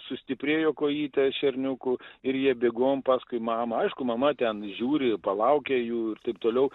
sustiprėjo kojytės šerniukų ir jie bėgom paskui mamą aišku mama ten žiūri palaukia jų ir taip toliau